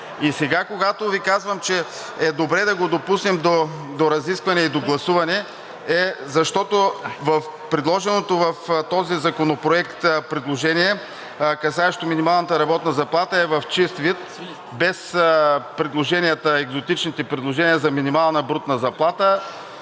И сега, когато Ви казвам, че е добре да го допуснем до разисквания и до гласуване, е, защото направеното в този законопроект предложение, касаещо минималната работна заплата, е в чист вид, без екзотичните предложения за минимална брутна заплата